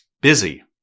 busy